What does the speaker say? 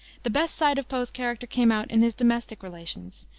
the best side of poe's character came out in his domestic relations,